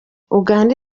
uganda